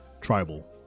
tribal